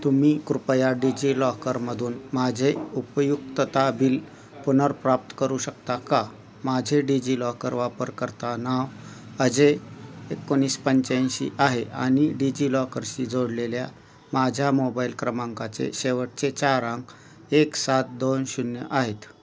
तुम्ही कृपया डिजिलॉकरमधून माझे उपयुक्तता बिल पुनर्प्राप्त करू शकता का माझे डिजिलॉकर वापरकर्ता नाव अजय एकोणीस पंच्याऐंशी आहे आणि डिजिलॉकरशी जोडलेल्या माझ्या मोबाईल क्रमांकाचे शेवटचे चार आंक एक सात दोन शून्य आहेत